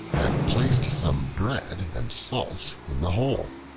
and placed some bread and salt in the hole.